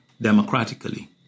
democratically